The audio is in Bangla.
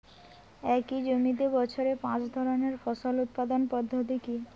একই জমিতে বছরে পাঁচ ধরনের ফসল উৎপাদন পদ্ধতি কী?